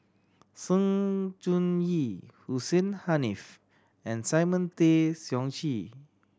Sng Choon Yee Hussein Haniff and Simon Tay Seong Chee